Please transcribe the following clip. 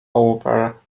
over